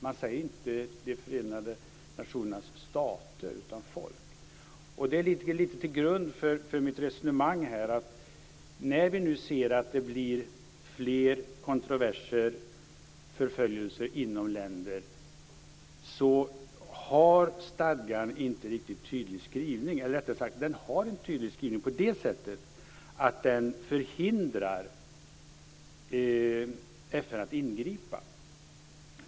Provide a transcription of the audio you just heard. Man säger inte de förenade nationernas stater, utan folk. Det är det som ligger lite till grund för mitt resonemang här. När vi nu ser att det blir fler kontroverser, fler förföljelser inom länder, har stadgan ingen riktigt tydlig skrivning. Eller rättare sagt: Den har en tydlig skrivning på så sätt att den förhindrar FN från att ingripa.